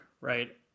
right